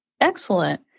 Excellent